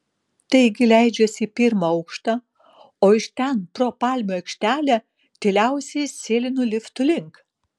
taigi leidžiuosi į pirmą aukštą o iš ten pro palmių aikštelę tyliausiai sėlinu liftų link